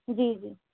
جی جی